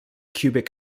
cubic